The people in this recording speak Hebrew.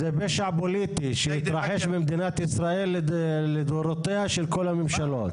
זה פשע פוליטי שהתרחש במדינת ישראל לדורותיהן של כל הממשלות.